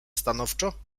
stanowczo